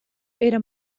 era